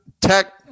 tech